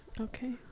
Okay